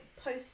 post